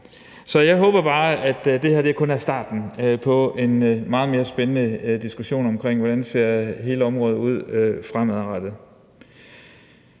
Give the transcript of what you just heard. Så jeg håber bare, at det her kun er starten på en meget mere spændende diskussion om, hvordan hele området ser ud fremadrettet.